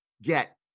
get